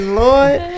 lord